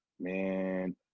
man